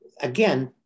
Again